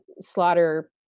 slaughter